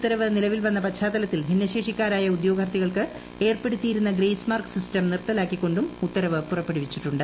ഉത്തരവ് നിലവിൽ പ്പ് പ്പന്ന പശ്ചാത്തലത്തിൽ ഈയൊരു ഭിന്നശേഷിക്കാരായ ഉദ്യോഗാർത്ഥിക്ൿക്ക് ഏർപ്പെടുത്തിയിരുന്ന ഗ്രേസ് മാർക്ക് സിസ്റ്റം നിർത്തലാക്കിക്കൊണ്ടും ഉത്തരവ് പുറപ്പെടുവിച്ചിട്ടുണ്ട്